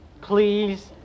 please